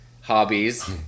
hobbies